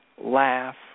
laugh